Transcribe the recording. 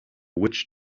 witch